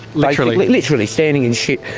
literally? literally standing in shit.